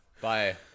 Bye